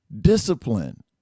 Discipline